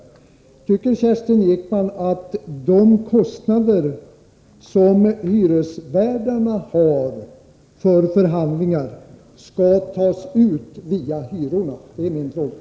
Tycker Kerstin Ekman att de kostnader som hyresvärdarna har för förhandlingar skall tas ut via hyrorna? Det är min fråga.